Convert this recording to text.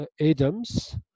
Adams